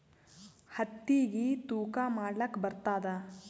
ಹತ್ತಿಗಿ ತೂಕಾ ಮಾಡಲಾಕ ಬರತ್ತಾದಾ?